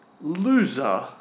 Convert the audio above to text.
loser